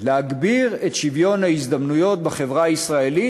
להגביר את שוויון ההזדמנויות בחברה הישראלית,